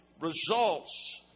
results